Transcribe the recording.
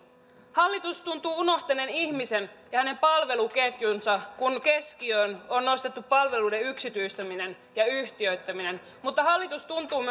hallitus tuntuu unohtaneen ihmisen ja hänen palveluketjunsa kun keskiöön on nostettu palveluiden yksityistäminen ja yhtiöittäminen mutta hallitus tuntuu